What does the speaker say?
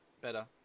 better